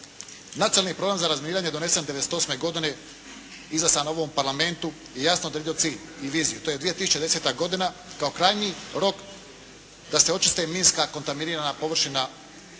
Nacionalni program za razminiranje donesen 1998. godine izglasan u ovom parlamentu je jasno odredio cilj i viziju. To je 2010. godina kao krajnji rok da se očiste minska kontaminirana površina